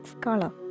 color